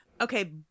Okay